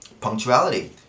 punctuality